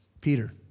Peter